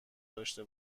داشته